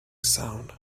sound